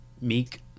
Meek